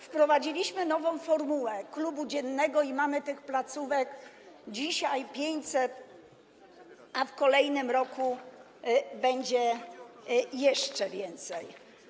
Wprowadziliśmy nową formułę klubu dziennego i mamy tych placówek dzisiaj 500, a w kolejnym roku będzie ich jeszcze więcej.